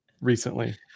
recently